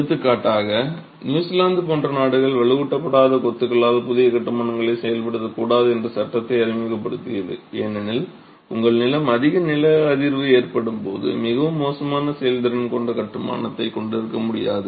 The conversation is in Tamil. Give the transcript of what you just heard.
எடுத்துக்காட்டாக நியூசிலாந்து போன்ற நாடுகள் வலுவூட்டப்படாத கொத்துகளால் புதிய கட்டுமானங்களைச் செயல்படுத்தக் கூடாது என்று சட்டத்தை அறிமுகப்படுத்தியது ஏனெனில் உங்கள் நிலம் அதிக நில அதிர்வு ஏற்படும் போது மிகவும் மோசமான செயல்திறன் கொண்ட கட்டுமானத்தை கொண்டிருக்க முடியாது